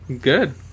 Good